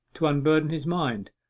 to unburden his mind.